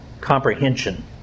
comprehension